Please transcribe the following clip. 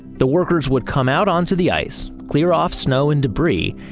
the workers would come out onto the ice, clear off snow and debris,